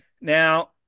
Now